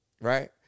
right